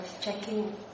checking